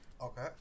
Okay